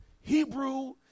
Hebrew